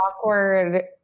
awkward